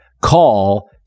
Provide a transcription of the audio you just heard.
call